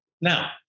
Now